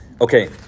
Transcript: Okay